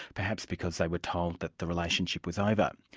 perhaps because they were told that the relationship was over.